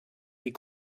die